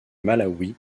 malawi